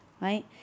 right